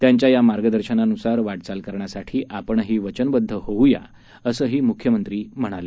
त्यांच्या या मार्गदर्शनानुसार वाटचाल करण्यासाठी आपणही वचनबद्द होऊया असंही मुख्यमंत्री म्हणाले